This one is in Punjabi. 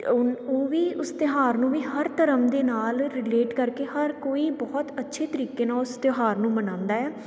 ਓ ਉਹ ਵੀ ਉਸ ਤਿਉਹਾਰ ਨੂੰ ਵੀ ਹਰ ਧਰਮ ਦੇ ਨਾਲ ਰਿਲੇਟ ਕਰਕੇ ਹਰ ਕੋਈ ਬਹੁਤ ਅੱਛੇ ਤਰੀਕੇ ਨਾਲ ਉਸ ਤਿਉਹਾਰ ਨੂੰ ਮਨਾਉਂਦਾ ਆ